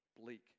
bleak